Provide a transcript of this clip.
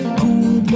cool